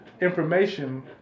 information